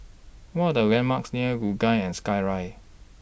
What Are The landmarks near Luge and Skyride